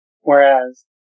Whereas